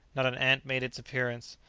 not an ant made its appearance.